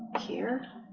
here